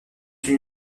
une